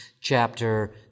chapter